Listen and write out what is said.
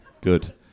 Good